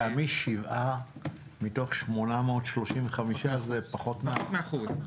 שבעה מתוך 835 זה פחות מאחוז.